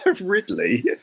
ridley